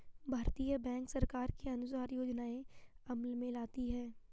भारतीय बैंक सरकार के अनुसार योजनाएं अमल में लाती है